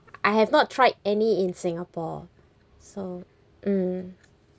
I have not tried any in singapore so mm